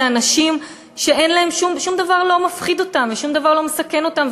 הם אנשים ששום דבר לא מפחיד אותם ושום דבר לא מסכן אותם,